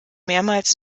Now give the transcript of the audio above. mehrmals